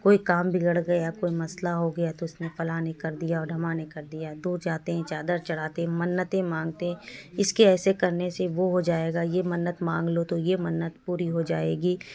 کوئی کام بگڑ گیا کوئی مسئلہ ہو گیا تو اس نے فلاں نے کردیا ڈھماں نے کردیا دور جاتے ہیں چادر چڑھاتے ہیں منتیں مانتے ہیں اس کے ایسے کرنے سے وہ ہوجائے گا یہ منت مانگ لو تو یہ منت پوری ہو جائے گی